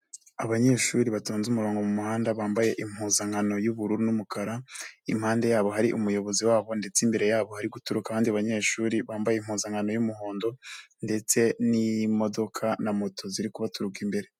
Abanyeshuri batonze umurongo mu muhanda bambaye impuzankano y'ubururu n'umukara, impande yabo hari umuyobozi wabo ndetse imbere yabo hari guturuka abandi banyeshuri bambaye impuzankano y'umuhondo ndetse n'imodoka na moto ziri kubaturuka imbere.